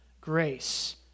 grace